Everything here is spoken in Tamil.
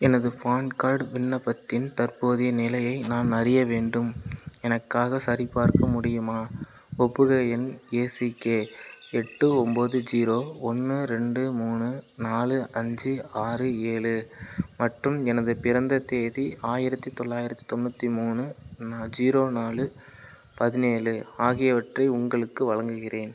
எனது பான் கார்ட் விண்ணப்பத்தின் தற்போதைய நிலையை நான் அறிய வேண்டும் எனக்காகச் சரிபார்க்க முடியுமா ஒப்புகை எண் ஏசிகே எட்டு ஒம்பது ஜீரோ ஒன்று ரெண்டு மூணு நாலு அஞ்சு ஆறு ஏழு மற்றும் எனது பிறந்த தேதி ஆயிரத்து தொள்ளாயிரத்து தொண்ணூற்றி மூணு நான் ஜீரோ நாலு பதினேலு ஆகியவற்றை உங்களுக்கு வழங்குகிறேன்